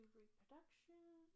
reproduction